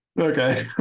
Okay